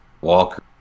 Walker